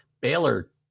Baylor